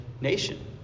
nation